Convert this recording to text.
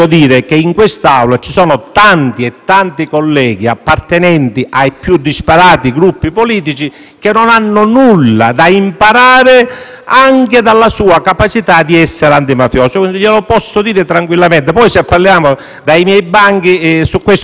tanti colleghi, appartenenti ai più disparati Gruppi politici, che non hanno nulla da imparare anche dalla sua capacità di essere antimafioso. Glielo posso dire tranquillamente; poi, dai miei banchi possiamo fare lezioni su questo. Ecco